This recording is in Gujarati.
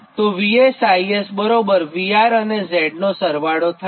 તો VS IS બરાબર VR અને Z નો સરવાળો થાય